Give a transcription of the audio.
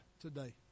today